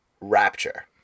Rapture